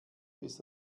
ist